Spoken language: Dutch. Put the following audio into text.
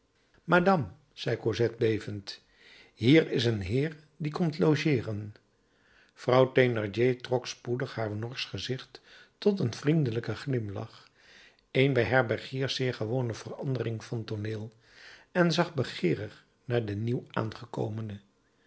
madame zei cosette bevend hier is een heer die komt logeeren vrouw thénardier trok spoedig haar norsch gezicht tot een vriendelijken glimlach een bij herbergiers zeer gewone verandering van tooneel en zag begeerig naar den nieuw aangekomene